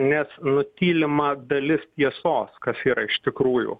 nes nutylima dalis tiesos kas yra iš tikrųjų